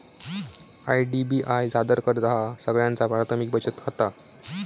IDBI सादर करतहा सगळ्यांचा प्राथमिक बचत खाता